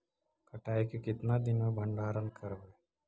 कटाई के कितना दिन मे भंडारन करबय?